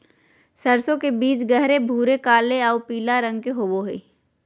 सरसों के बीज गहरे भूरे काले आऊ पीला रंग के होबो हइ